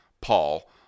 Paul